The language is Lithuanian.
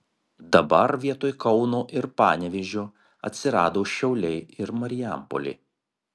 dabar vietoj kauno ir panevėžio atsirado šiauliai ir marijampolė